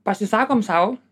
pasisakom sau